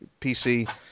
PC